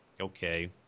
okay